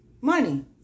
money